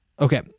Okay